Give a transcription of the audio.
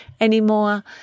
anymore